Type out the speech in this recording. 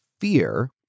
fear